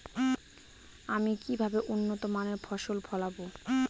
আমি কিভাবে উন্নত মানের ফসল ফলাবো?